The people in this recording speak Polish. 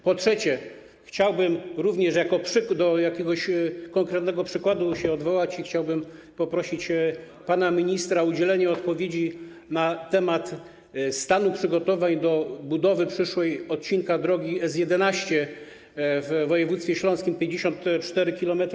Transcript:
Po trzecie, chciałbym również do jakiegoś konkretnego przykładu się odwołać i chciałbym prosić pana ministra o udzielenie odpowiedzi na temat stanu przygotowań do budowy przyszłej odcinka drogi S11 w województwie śląskim, 54 km.